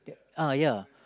the uh ya